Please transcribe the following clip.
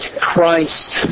Christ